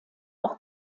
auch